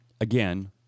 Again